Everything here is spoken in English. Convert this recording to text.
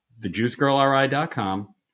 thejuicegirlri.com